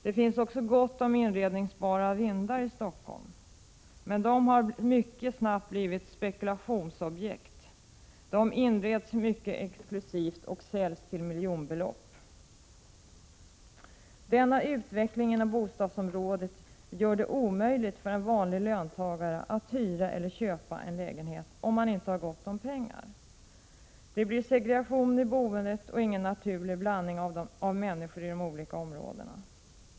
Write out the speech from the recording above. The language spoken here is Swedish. Det finns också gott om inredningsbara vindar i Stockholm, men dessa har mycket snabbt blivit spekulationsobjekt. De inreds mycket exklusivt och säljs för miljonbelopp. Denna utveckling inom bostadsområdet gör det omöjligt för en vanlig löntagare att hyra eller köpa en lägenhet, om man inte har gott om pengar. Det blir segregation i boendet och ingen naturlig blandning av människor i de olika områdena.